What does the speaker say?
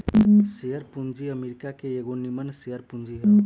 share पूंजी America के एगो निगम के शेयर पूंजी ह